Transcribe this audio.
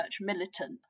militant